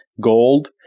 gold